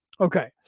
Okay